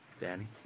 Danny